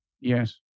Yes